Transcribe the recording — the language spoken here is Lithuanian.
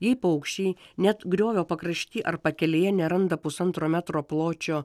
jei paukščiai net griovio pakrašty ar pakelėje neranda pusantro metro pločio